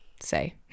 say